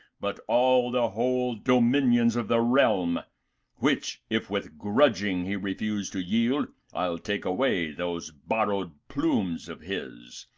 but all the whole dominions of the realm which if with grudging he refuse to yield, i'll take away those borrowed plumes of his,